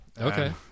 okay